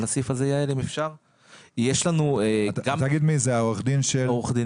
יש לנו סוגייה